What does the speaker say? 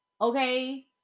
Okay